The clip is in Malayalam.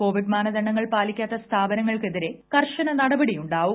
കോവിഡ് മാനദണ്ഡങ്ങൾ പാലിക്കാത്ത സ്ഥാപനങ്ങൾക്കെതിരെ കർശന നടപടിയുണ്ടാവും